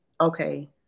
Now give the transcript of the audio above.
okay